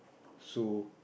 so